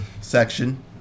section